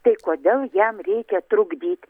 tai kodėl jam reikia trukdyt